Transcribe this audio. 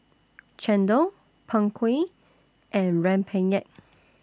Chendol Png Kueh and Rempeyek